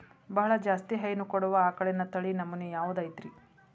ಬಹಳ ಜಾಸ್ತಿ ಹೈನು ಕೊಡುವ ಆಕಳಿನ ತಳಿ ನಮೂನೆ ಯಾವ್ದ ಐತ್ರಿ?